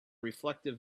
reflective